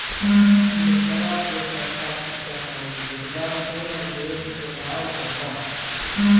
दूसरा के संपत्ति कअ मूल्य गिरला से निवेशक के लाभ होला